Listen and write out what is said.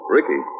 Ricky